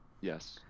yes